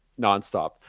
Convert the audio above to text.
nonstop